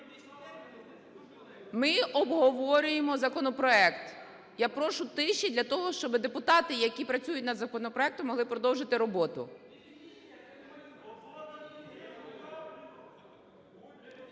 Ми обговорюємо законопроект. Я прошу тиші для того, щоб депутати, які працюють над законопроектом, могли продовжити роботу.